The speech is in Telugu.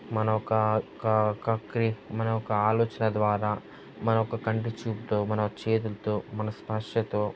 మనం ఒక క మన ఒక ఆలోచన ద్వారా మన ఒక కంటిచూపుతో మన చేతులతో మన స్పర్శతో